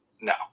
No